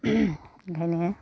ओंखायनो